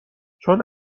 چون